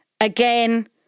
Again